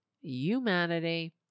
humanity